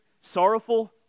sorrowful